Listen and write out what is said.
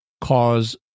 cause